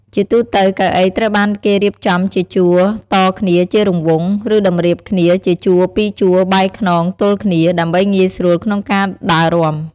ជាទូទៅ កៅអីត្រូវបានគេរៀបចំជាជួរតគ្នាជារង្វង់ ឬតម្រៀបគ្នាជាជួរពីរជួរបែរខ្នងទល់គ្នា ដើម្បីងាយស្រួលក្នុងការដើររាំ។